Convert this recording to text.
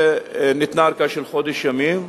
וניתנה ארכה של חודש ימים.